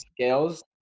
Scales